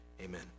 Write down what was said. amen